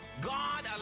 God